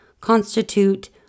constitute